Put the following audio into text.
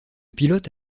pilote